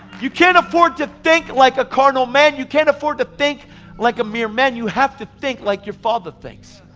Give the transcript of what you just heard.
you can't afford to think like a carnal man. you can't afford to think like a mere man. you have think like your father thinks.